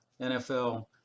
NFL